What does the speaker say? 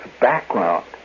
background